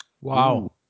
wow